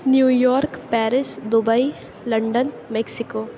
new York Paris Dubai London Mexico